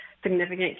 significant